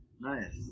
nice